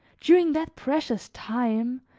during that precious time,